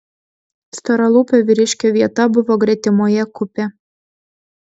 storalūpio vyriškio vieta buvo gretimoje kupė